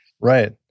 Right